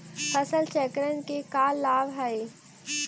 फसल चक्रण के का लाभ हई?